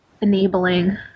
enabling